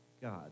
God